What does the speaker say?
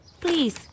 please